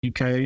UK